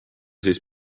siis